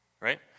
Right